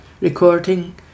recording